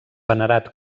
venerat